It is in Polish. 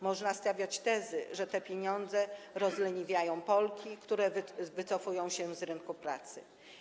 Można stawiać tezy, że te pieniądze rozleniwiają Polki, które wycofują się z rynku pracy.